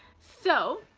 so